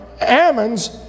Ammon's